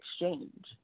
exchange